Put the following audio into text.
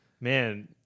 Man